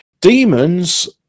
demons